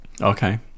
Okay